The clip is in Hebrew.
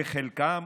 בחלקם,